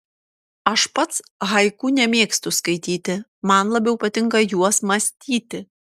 aš pats haiku nemėgstu skaityti man labiau patinka juos mąstyti